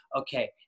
okay